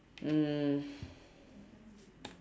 mm